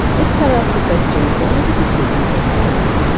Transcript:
this play asks the question why did this meeting take place.